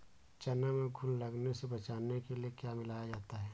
चना में घुन लगने से बचाने के लिए क्या मिलाया जाता है?